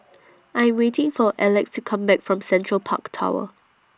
I'm waiting For Elex to Come Back from Central Park Tower